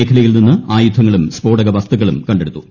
മേഖലയിൽ നിന്ന് ആയുധങ്ങളും സ്ക്ഫോടക വസ്തുക്കളും കണ്ടെടുത്തു